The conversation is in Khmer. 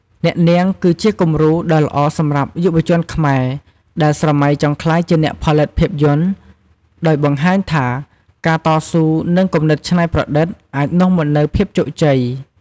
អ្នកនាងគឺជាគំរូដ៏ល្អសម្រាប់យុវជនខ្មែរដែលស្រមៃចង់ក្លាយជាអ្នកផលិតភាពយន្ត ដោយបង្ហាញថាការតស៊ូ និងគំនិតច្នៃប្រឌិតអាចនាំមកនូវភាពជោគជ័យ។